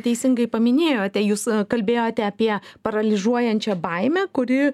teisingai paminėjote jūs kalbėjote apie paralyžuojančią baimę kuri